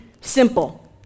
simple